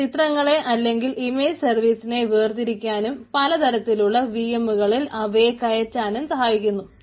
അത് ചിത്രങ്ങളെ അല്ലെങ്കിൽ ഇമേജ് സർവീസിനെ വേർതിരിക്കാനും പലതരത്തിലുള്ള vm കളിൽ അവയെ കയറ്റാനും സഹായിക്കുന്നു